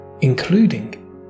including